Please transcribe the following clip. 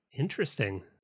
Interesting